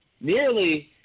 Nearly